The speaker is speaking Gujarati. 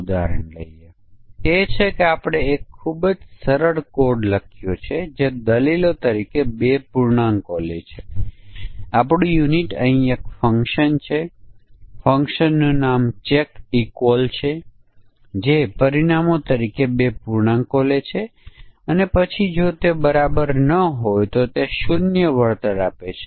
પરંતુ હવે આપણે એ ધ્યાનમાં લેવાની જરૂર છે કે જો યુનિટ બહુવિધ ડેટા વેલ્યુ લે છે તો જો આપણે જુદા જુદા સમાનતા વર્ગો માટે જુદી જુદી વિચારણાઓ હોય તો જટિલતા વધી શકે છે